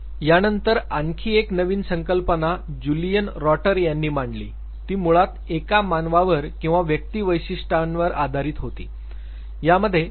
त्यानंतर आणखी एक नवीन संकल्पना जुलियन रॉटर यांनी मांडली ती मुळात एका मानवावर किंवा व्यक्ती वैशिष्ट्यावर आधारित होती